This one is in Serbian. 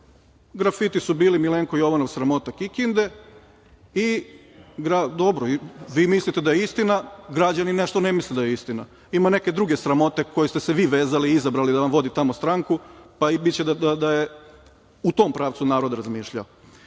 grafiti su bili - Milenko Jovanov - sramota Kikinde, vi mislite da je istina, građani nešto ne misle da je istina, ima neke druge sramote kojoj ste se vi vezali i izabrali da vam vodi tamo stranku, pa biće da je u tom pravcu narod razmišljao.